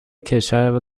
کشور